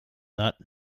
that